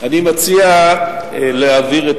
אני מציע להעביר את